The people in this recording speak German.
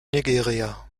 nigeria